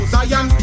Zion